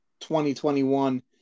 2021